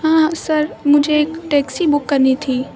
ہاں سر مجھے ایک ٹیکسی بک کرنی تھی